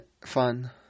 fun